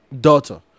daughter